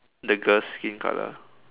the girl's skin colour